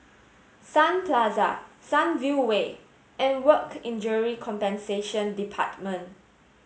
Sun Plaza Sunview Way and Work Injury Compensation Department